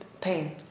pain